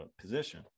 position